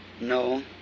No